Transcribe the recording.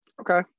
Okay